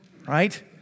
right